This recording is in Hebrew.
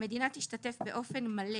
המדינה תשתתף באופן מלא